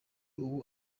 ubu